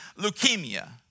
leukemia